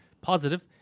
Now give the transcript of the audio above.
Positive